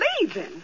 leaving